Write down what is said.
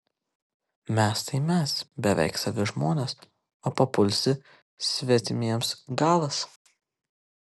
mes tai mes beveik savi žmonės o papulsi svetimiems galas